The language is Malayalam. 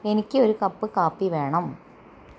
എനിക്ക് ഒരു കപ്പ് കാപ്പി വേണം